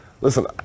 Listen